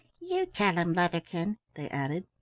you tell him, leatherkin, they added.